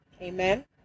Amen